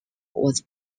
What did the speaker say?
was